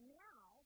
now